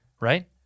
right